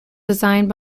designed